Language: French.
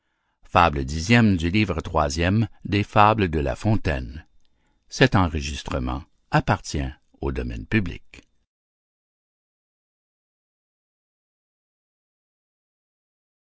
de la fontaine